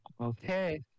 okay